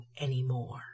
anymore